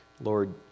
Lord